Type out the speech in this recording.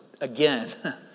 again